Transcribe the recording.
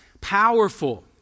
powerful